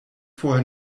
vorher